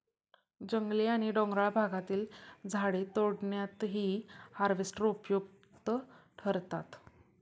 जंगली आणि डोंगराळ भागातील झाडे तोडण्यातही हार्वेस्टर उपयुक्त ठरतात